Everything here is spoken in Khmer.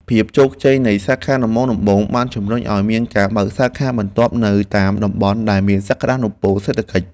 ភាពជោគជ័យនៃសាខាដំបូងៗបានជំរុញឱ្យមានការបើកសាខាបន្ទាប់នៅតាមតំបន់ដែលមានសក្តានុពលសេដ្ឋកិច្ច។